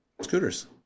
scooters